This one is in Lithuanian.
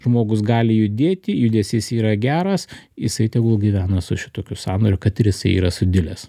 žmogus gali judėti judesys yra geras jisai tegul gyvena su šitokiu sąnariu kad ir jisai yra sudilęs